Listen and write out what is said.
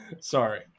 Sorry